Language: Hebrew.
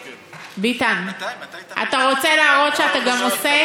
ביטן, אתה רוצה להראות שאתה גם עושה?